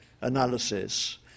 analysis